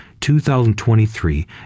2023